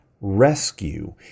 rescue